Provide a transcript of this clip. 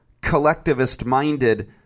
collectivist-minded